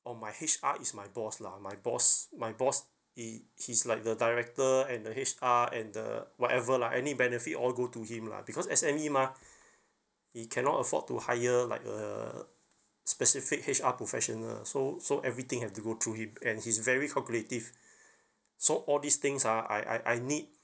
oh my H_R is my boss lah my boss my boss it he's like the director and the H_R and the whatever lah any benefit all go to him lah because S_M_E mah he cannot afford to hire like uh specific H_R professional so so everything have to go through you and he's very calculative so all these things ah I I I need